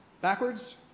backwards